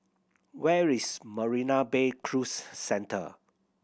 where is Marina Bay Cruise Centre